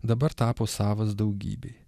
dabar tapo savas daugybei